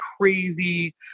crazy